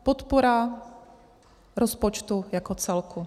Podpora rozpočtu jako celku.